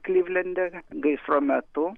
klivlende gaisro metu